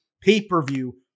pay-per-view